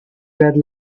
red